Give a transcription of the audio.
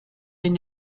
been